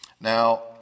now